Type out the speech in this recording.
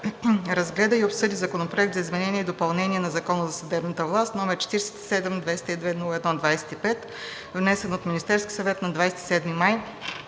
разгледа и обсъди Законопроект за изменение и допълнение на Закона за съдебната власт, № 47-202-01-25, внесен от Министерския съвет на 27 май